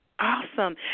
Awesome